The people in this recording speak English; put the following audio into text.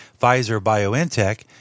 Pfizer-BioNTech